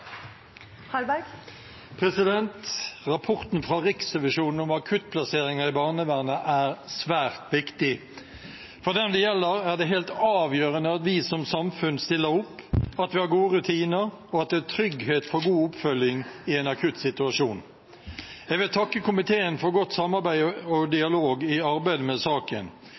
vedtatt. Rapporten fra Riksrevisjonen om akuttplasseringer i barnevernet er svært viktig. For dem det gjelder, er det helt avgjørende at vi som samfunn stiller opp, at vi har gode rutiner, og at det er trygghet for god oppfølging i en akutt situasjon. Jeg vil takke komiteen for godt samarbeid og dialog i arbeidet med saken.